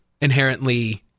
inherently